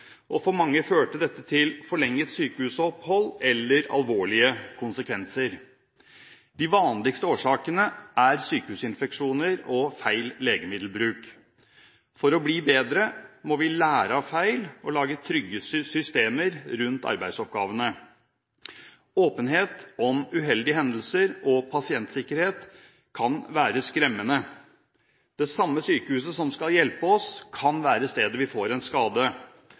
og for mange førte dette til forlenget sykehusopphold eller det fikk alvorlige konsekvenser. De vanligste årsakene er sykehusinfeksjoner og feil legemiddelbruk. For å bli bedre må vi lære av feil og lage trygge systemer rundt arbeidsoppgavene. Åpenhet om uheldige hendelser og pasientsikkerhet kan være skremmende. Det samme sykehuset som skal hjelpe oss, kan være stedet vi får en skade.